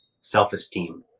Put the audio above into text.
self-esteem